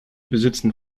besitzen